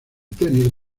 tenis